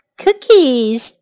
cookies